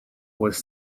was